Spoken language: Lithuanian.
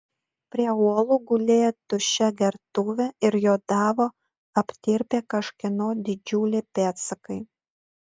prie uolų gulėjo tuščia gertuvė ir juodavo aptirpę kažkieno didžiuliai pėdsakai